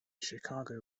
chicago